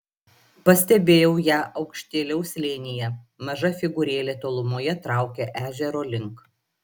pastebėjau ją aukštėliau slėnyje maža figūrėlė tolumoje traukė ežero link